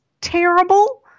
terrible